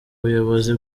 buyobozi